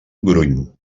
gruny